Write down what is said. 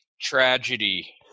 tragedy